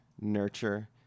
nurture